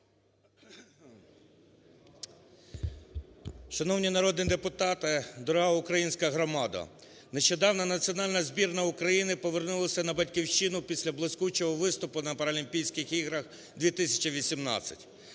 Шановні народні депутати! Дорога українська громадо! Нещодавно національна збірна України повернулася на Батьківщину після блискучого виступу на Паралімпійських іграх - 2018.